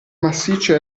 massiccia